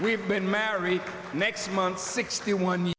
we've been married next month sixty one